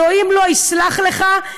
אלוהים לא יסלח לך,